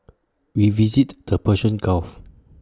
we visited the Persian gulf